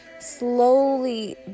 slowly